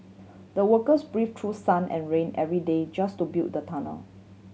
the workers braved through sun and rain every day just to build the tunnel